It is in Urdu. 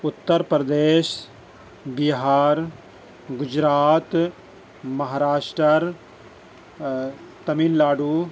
اتر پردیش بہار گجرات مہاراشٹر تمل ناڈو